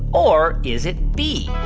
or is it b,